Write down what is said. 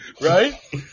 Right